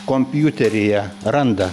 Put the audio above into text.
kompiuteryje randa